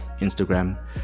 instagram